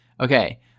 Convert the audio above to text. Okay